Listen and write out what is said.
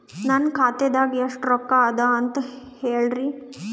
ನನ್ನ ಖಾತಾದಾಗ ಎಷ್ಟ ರೊಕ್ಕ ಅದ ಅಂತ ಹೇಳರಿ?